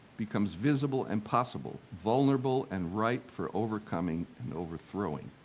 becomes visible and possible, vulnerable and ripe for overcoming and overthrowing.